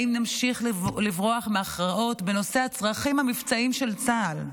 האם נמשיך לברוח מאחריות בנושא הצרכים המבצעיים של צה"ל?